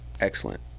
excellent